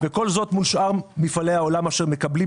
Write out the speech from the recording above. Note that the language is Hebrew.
וכל זה מול שאר מפעלי העולם אשר מקבלים